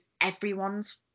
everyone's